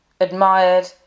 admired